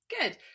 Good